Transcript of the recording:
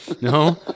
no